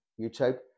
YouTube